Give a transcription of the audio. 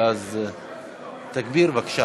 תגביר, בבקשה.